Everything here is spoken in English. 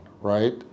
right